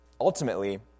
ultimately